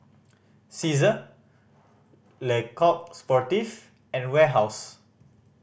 Cesar Le Coq Sportif and Warehouse